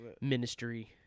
Ministry